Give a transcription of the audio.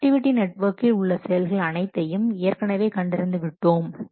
activity நெட்வொர்க்கில் உள்ள செயல்கள் அனைத்தையும் ஏற்கனவே கண்டறிந்து விட்டோம்